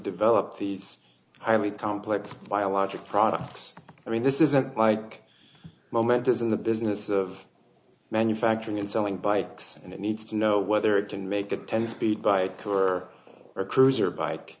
develop these highly complex biologic products i mean this isn't like it's momentous in the business of manufacturing and selling bikes and it needs to know whether it can make a ten speed bike for a cruiser bike